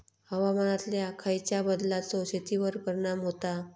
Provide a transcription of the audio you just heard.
हवामानातल्या खयच्या बदलांचो शेतीवर परिणाम होता?